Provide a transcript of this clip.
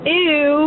ew